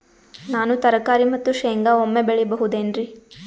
ನಾನು ತರಕಾರಿ ಮತ್ತು ಶೇಂಗಾ ಒಮ್ಮೆ ಬೆಳಿ ಬಹುದೆನರಿ?